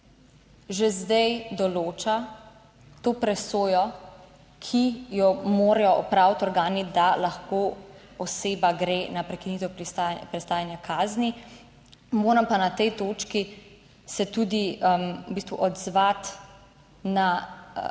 že zdaj določa to presojo, ki jo morajo opraviti organi, da lahko oseba gre na prekinitev prestajanja kazni. Moram pa na tej točki se tudi v bistvu